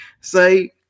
say